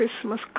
Christmas